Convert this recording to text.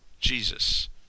Jesus